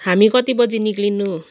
हामी कति बजी निस्किनु